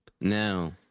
Now